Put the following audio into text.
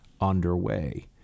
underway